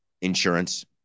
insurance